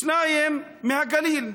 שניים מהגליל,